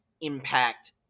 impact